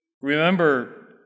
Remember